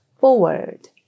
forward